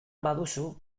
baduzu